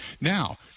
Now